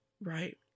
Right